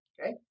Okay